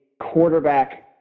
quarterback